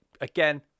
again